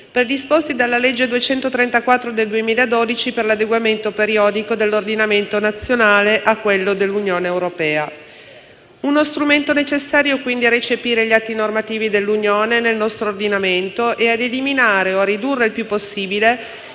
predisposti dalla legge n. 234 del 2012 per l'adeguamento periodico dell'ordinamento nazionale a quello dell'Unione europea. Si tratta di uno strumento necessario, quindi, a recepire gli atti normativi dell'Unione nel nostro ordinamento e ad eliminare o a ridurre il più possibile